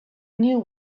knew